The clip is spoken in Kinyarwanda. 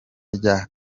rya